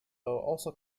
also